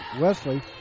Wesley